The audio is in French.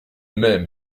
même